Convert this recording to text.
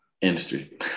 industry